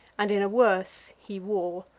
and in a worse he wore.